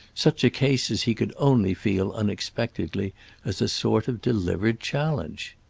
such a case as he could only feel unexpectedly as a sort of delivered challenge?